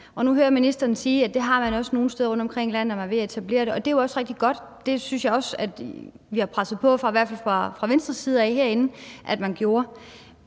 Nu hører jeg ministeren sige, at det har man også nogle steder rundtomkring i landet, og at man er ved at etablere det, og det er jo også rigtig godt. Det synes jeg også vi har presset på for herinde at man gjorde,